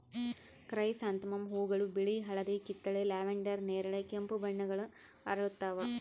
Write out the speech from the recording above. chrysanthemum ಹೂವುಗಳು ಬಿಳಿ ಹಳದಿ ಕಿತ್ತಳೆ ಲ್ಯಾವೆಂಡರ್ ನೇರಳೆ ಕೆಂಪು ಬಣ್ಣಗಳ ಅರಳುತ್ತವ